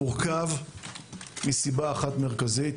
בשל סיבה אחת מרכזית.